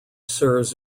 serves